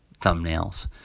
thumbnails